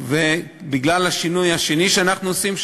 ובגלל השינוי השני שאנחנו עושים,